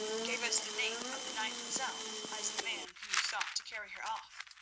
gave us the name of the knight lozelle as the man who sought to carry her off.